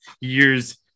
years